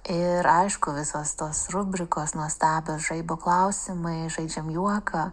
ir aišku visas tos rubrikos nuostabios žaibo klausimai žaidžiam juoką